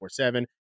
24-7